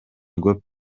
көп